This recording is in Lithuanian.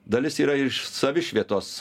dalis yra iš savišvietos